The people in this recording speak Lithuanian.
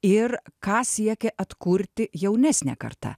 ir ką siekė atkurti jaunesnė karta